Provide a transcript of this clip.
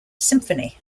symphony